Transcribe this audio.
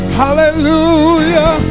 hallelujah